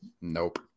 Nope